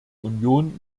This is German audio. union